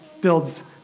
builds